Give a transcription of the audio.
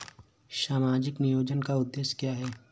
सामाजिक नियोजन का उद्देश्य क्या है?